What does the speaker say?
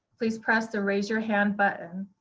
please press the raise your hand button.